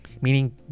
Meaning